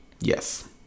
Yes